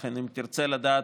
לכן, אם תרצה לדעת